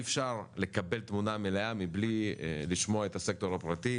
אפשר לקבל תמונה מלאה מבלי לשמוע את הסקטור הפרטי,